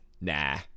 Nah